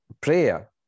prayer